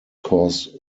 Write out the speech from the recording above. cause